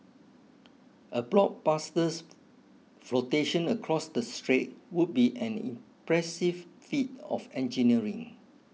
a blockbusters flotation across the strait would be an impressive feat of engineering